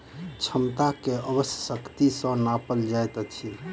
क्षमता के अश्व शक्ति सॅ नापल जाइत अछि